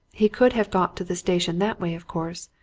he could have got to the station that way, of course.